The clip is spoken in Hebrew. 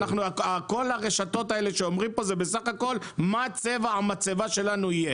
כל הרשתות האלה שאומרים פה זה בסך הכל מה צבע המצבה שלנו יהיה?